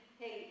hey